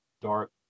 dark